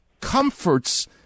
comforts